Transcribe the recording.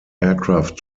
aircraft